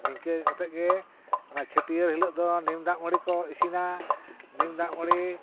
ᱱᱤᱝᱠᱟᱹ ᱠᱟᱛᱮᱫ ᱜᱮ ᱚᱱᱟ ᱪᱷᱟᱹᱴᱭᱟᱹᱨ ᱦᱤᱞᱳᱜ ᱫᱚ ᱱᱤᱢ ᱫᱟᱜ ᱢᱟᱹᱲᱤ ᱠᱚ ᱤᱥᱤᱱᱟ ᱱᱤᱢ ᱫᱟᱜ ᱢᱟᱹᱲᱤ